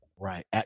Right